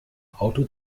auto